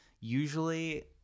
usually